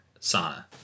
sauna